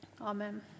Amen